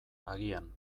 agian